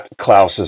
Klaus's